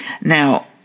Now